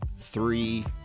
Three